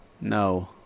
No